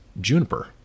juniper